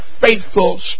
faithful